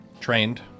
trained